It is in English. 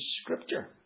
Scripture